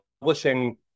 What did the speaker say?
publishing